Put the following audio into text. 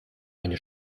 eine